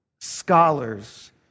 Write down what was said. scholars